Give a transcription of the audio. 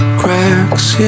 cracks